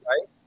right